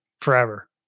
forever